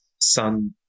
sun